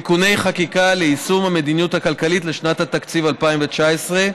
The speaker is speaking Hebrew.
(תיקוני חקיקה ליישום המדיניות הכלכלית לשנת התקציב 2019),